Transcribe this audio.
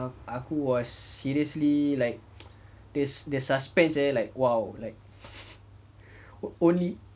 a~ aku was seriously like the the suspense eh was like !wow! like only